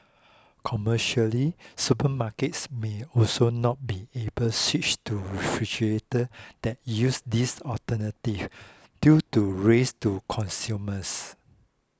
commercially supermarkets may also not be able switch to refrigerator that use these alternatives due to risks to consumers